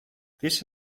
this